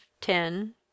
ten